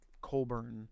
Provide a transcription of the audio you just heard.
Colburn